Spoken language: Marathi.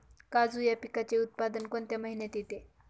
काजू या पिकाचे उत्पादन कोणत्या महिन्यात येते?